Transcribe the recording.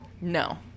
no